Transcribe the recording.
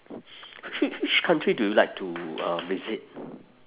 which which country do you like to uh visit